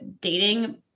dating